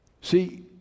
See